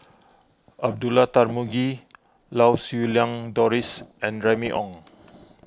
Abdullah Tarmugi Lau Siew Lang Doris and Remy Ong